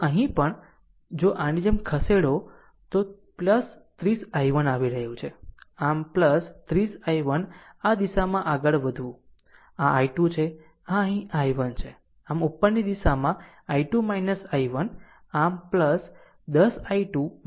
તો અહીં પણ જો આની જેમ ખસેડો તો 30 i1 આવી રહ્યું છે આમ 30 i1 આ દિશામાં આગળ વધવું આ i2 છે અને અહીં i1 છે આમ ઉપરની દિશામાં i2 i1 આમ 10 i2 i1 0 છે